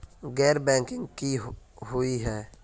गैर बैंकिंग की हुई है?